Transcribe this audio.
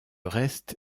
reste